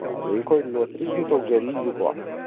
ꯀꯣ ꯑꯗꯒꯤ ꯑꯩꯈꯣꯏ ꯂꯣꯇꯔꯤꯁꯨ ꯇꯧꯖꯔꯤꯕꯀꯣ